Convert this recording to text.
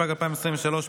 התשפ"ג 2023,